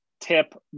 tip